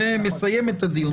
זה בעצם מסיים את הדיון בעניין.